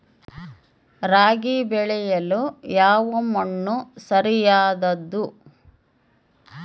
ರಾಗಿ ಬೆಳೆಯಲು ಯಾವ ಮಣ್ಣು ಸರಿಯಾದದ್ದು?